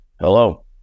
Hello